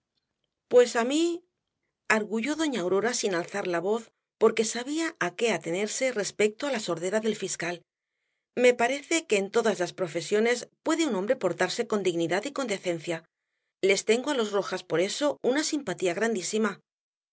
pues á mí arguyó doña aurora sin alzar la voz porque sabía á qué atenerse respecto á la sordera del fiscal me parece que en todas las profesiones puede un hombre portarse con dignidad y con decencia les tengo á los rojas por eso una simpatía grandísima y